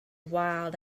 wild